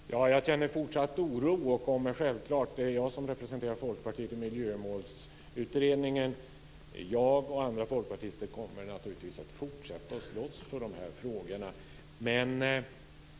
Fru talman! Jag känner fortsatt oro. Det är jag som representerar Folkpartiet i Miljömålsutredningen. Jag och andra folkpartister kommer naturligtvis att fortsätta att slåss för de här frågorna.